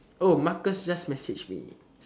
oh Marcus just message me